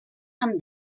amb